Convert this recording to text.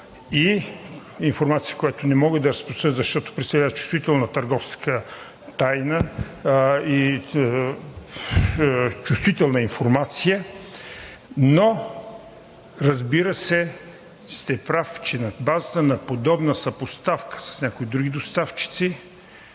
и информация, която не мога да я разпространя, защото представлява чувствителна търговска тайна и е чувствителна информация, но, разбира се, сте прав, че на базата на подобна съпоставка с някои други доставчици